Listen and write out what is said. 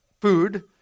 food